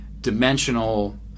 dimensional